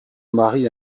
mari